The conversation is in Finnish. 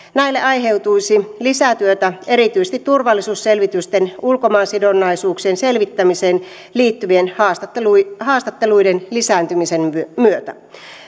aiheutuisi lisätyötä erityisesti turvallisuusselvitysten ulkomaansidonnaisuuksien selvittämiseen liittyvien haastatteluiden haastatteluiden lisääntymisen myötä